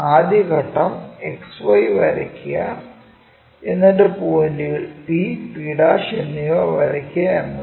ആദ്യ ഘട്ടം XY വരയ്ക്കുക എന്നിട്ടു പോയിന്റുകൾ Pp' എന്നിവ വരയ്ക്കുക എന്നതാണ്